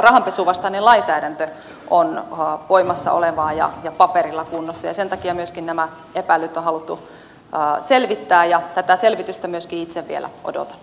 rahanpesun vastainen lainsäädäntö on voimassa olevaa ja paperilla kunnossa ja sen takia myöskin nämä epäilyt on haluttu selvittää ja tätä selvitystä myöskin itse vielä odotan